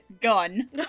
gun